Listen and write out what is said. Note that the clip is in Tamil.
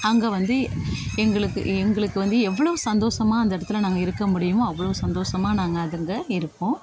அங்கே வந்து எங்களுக்கு எங்களுக்கு வந்து எவ்ளவு சந்தோஷமா அந்த இடத்துல நாங்கள் இருக்க முடியுமோ அவ்வளோ சந்தோஷமா நாங்கள் அங்க இருப்போம்